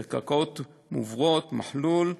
כקרקעות מוברות, "מחלול".